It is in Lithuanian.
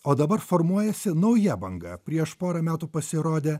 o dabar formuojasi nauja banga prieš porą metų pasirodė